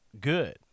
good